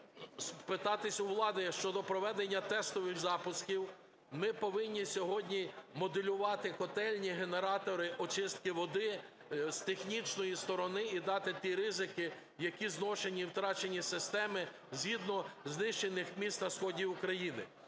спитатись у влади щодо проведення тестових запусків. Ми повинні сьогодні моделювати котельні, генератори очистки води з технічної сторони і дати ті ризики, які зношені і втрачені системи, згідно знищених міст на сході України.